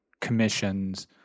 commissions